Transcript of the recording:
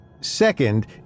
Second